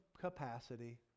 capacity